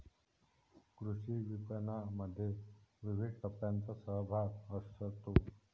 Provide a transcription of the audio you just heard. कृषी विपणनामध्ये विविध टप्प्यांचा सहभाग असतो